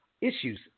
issues